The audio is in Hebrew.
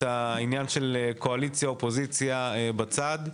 העניין של קואליציה / אופוזיציה בצד.